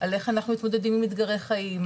על איך אנחנו מתמודדים עם אתגרי חיים,